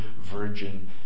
virgin